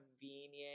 convenient